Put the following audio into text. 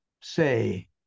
say